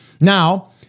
Now